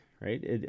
Right